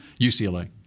UCLA